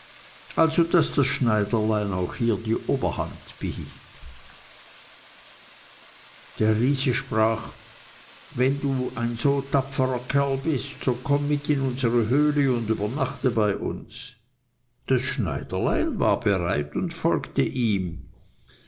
also daß das schneiderlein auch hier die oberhand behielt der riese sprach wenn du ein so tapferer kerl bist so komm mit in unsere höhle und übernachte bei uns das schneiderlein war bereit und folgte ihm